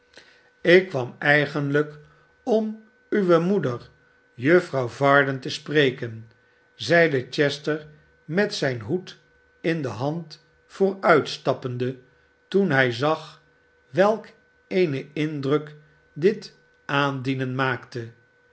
ik barnaby rudge kwam eigenlijk om uwe moeder juffrouw varden te spreken zeide chester met zijn hoed in de hand vooruitstappende toen hij zag welk een indruk dit aandienen maakte